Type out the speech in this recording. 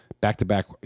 back-to-back